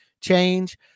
change